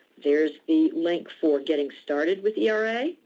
there is the link for getting started with era.